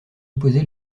opposé